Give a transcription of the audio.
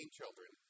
children